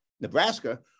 Nebraska